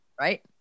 Right